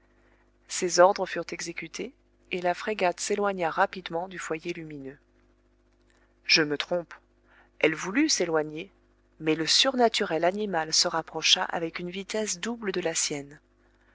ces ordres furent exécutés et la frégate s'éloigna rapidement du foyer lumineux je me trompe elle voulut s'éloigner mais le surnaturel animal se rapprocha avec une vitesse double de la sienne